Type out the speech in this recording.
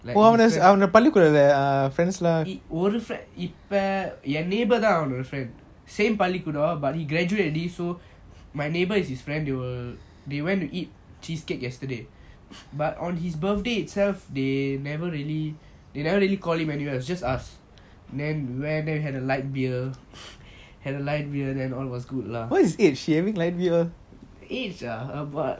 old friends இப்போ ஏன்:ipo yean neighbor தான் அவனோட:thaan avanoda friend same பள்ளிக்கூடம்:pallikoodam but he graduate already so my neighbor is his friend they were they went to eat cheesecake yesterday but on his birthday itself they never really they never really call him anyway just us then where they had a light beer had a light beer then all was good lah what is his age he having light beer